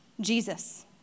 Jesus